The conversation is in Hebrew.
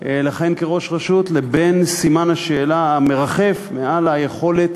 לכהן כראש רשות לבין סימן השאלה המרחף מעל היכולת